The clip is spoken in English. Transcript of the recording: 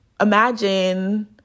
imagine